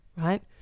right